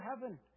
heaven